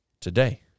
today